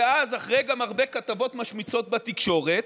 ואז, גם אחרי הרבה כתבות משמיצות בתקשורת,